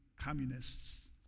communists